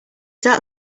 that